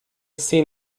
seen